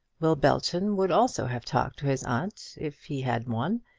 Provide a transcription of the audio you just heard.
will belton would also have talked to his aunt if he had one,